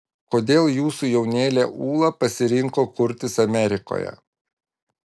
kodėl jūsų jaunėlė ūla pasirinko kurtis amerikoje